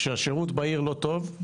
כשהשירות בעיר לא טוב,